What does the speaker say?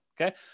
Okay